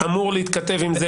אמור להתכתב עם זה.